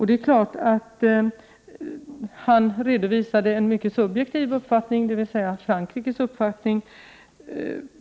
Det är klart att han redovisade en mycket subjektiv uppfattning, dvs. Frankrikes uppfattning.